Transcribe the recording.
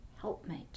helpmate